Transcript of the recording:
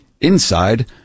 Inside